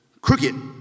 crooked